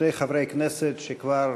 שני חברי כנסת שהם כבר